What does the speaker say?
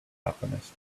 alchemist